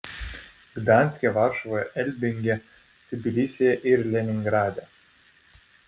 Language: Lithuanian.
gdanske varšuvoje elbinge tbilisyje ir leningrade